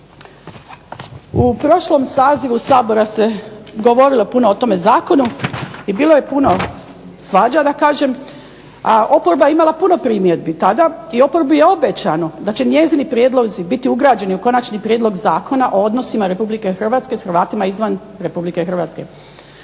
U prošlom sazivu Sabora se govorilo puno o tome zakonu i bilo je puno svađa i oporba je imala puno primjedbi tada i oporbi je obećano da će njezini prijedlozi biti ugrađeni u Konačni prijedlog zakona o odnosima Republike Hrvatske s Hrvatima izvan Republike Hrvatske.